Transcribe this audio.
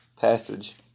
passage